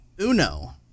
uno